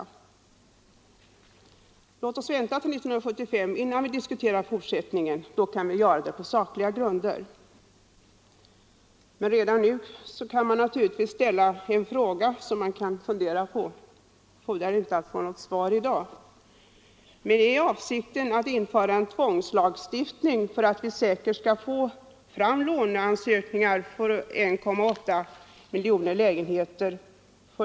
Låt oss vänta till 1975 innan vi diskuterar fortsättningen, så att vi kan göra det på sakliga grunder! Redan nu kan man emellertid ställa en fråga som man kan fundera på även om vi inte får något svar i dag. Är avsikten att införa en tvångslagstiftning för att vi säkert skall få fram låneansökningar för 1,8 miljoner lägenheter?